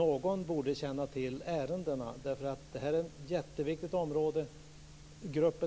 Någon borde känna till ärendena. Det här är ett jätteviktigt område.